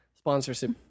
Sponsorship